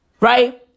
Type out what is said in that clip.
right